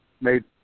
made